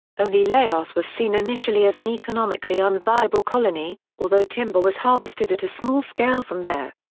only laos was seen initially as an economically unviable colony, although timber was harvested at a small scale from there.